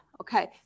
Okay